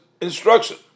instruction